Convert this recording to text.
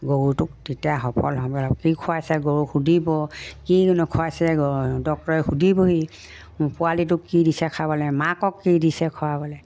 গৰুটোক তেতিয়া সফল হ'ব কি খোৱাইছে গৰুক সুধিব কি নখুৱাইছে ডক্টৰে সুধিবহি পোৱালিটোক কি দিছে খাবলৈ মাকক কি দিছে খোৱাবলৈ